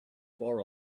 for